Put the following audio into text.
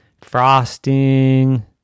frosting